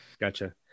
Gotcha